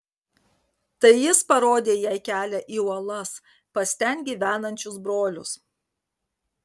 tai jis parodė jai kelią į uolas pas ten gyvenančius brolius